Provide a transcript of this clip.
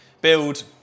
build